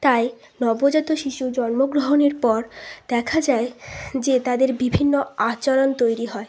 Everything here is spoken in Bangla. তাই নবজাত শিশু জন্মগ্রহণের পর দেখা যায় যে তাদের বিভিন্ন আচরণ তৈরি হয়